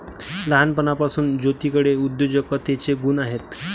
लहानपणापासून ज्योतीकडे उद्योजकतेचे गुण आहेत